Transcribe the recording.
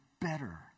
better